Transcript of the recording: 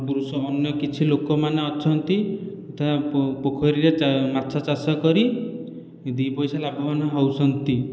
ପୁରୁଷ ଅନ୍ୟ କିଛି ଲୋକମାନେ ଅଛନ୍ତି ପୋଖରୀରେ ମାଛ ଚାଷ କରି ଦୁଇ ପଇସା ଲାଭବାନ ହେଉଛନ୍ତି